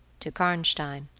to karnstein.